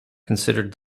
considered